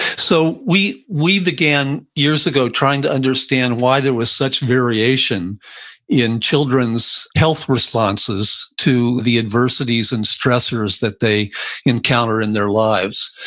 so we we began years ago trying to understand why there was such variation in children's health responses to the adversities and stressors that they encounter in their lives.